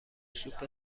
سوپ